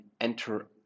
enter